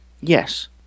Yes